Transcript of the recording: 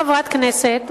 חברת הכנסת,